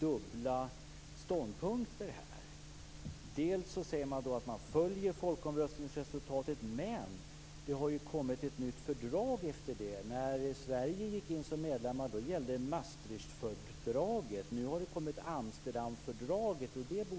dubbla ståndpunkter här. Man säger att man följer folkomröstningsresultatet, men att det har kommit ett nytt fördrag efter det. När Sverige gick in som medlem gällde Maastrichtfördraget, och nu har Amsterdamfördraget kommit.